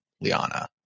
Liana